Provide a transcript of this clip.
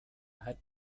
had